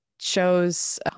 shows